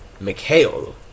McHale